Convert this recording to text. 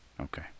Okay